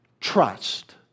trust